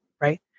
Right